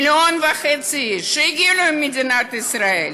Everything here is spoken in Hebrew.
מיליון וחצי איש שהגיעו למדינת ישראל.